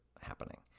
happening